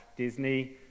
Disney